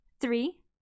three